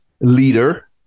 leader